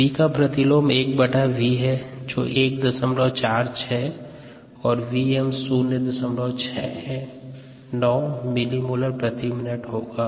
v का प्रतिलोम 1v जो 146 और Vm 069 मिलीमोलर प्रति मिनट होगा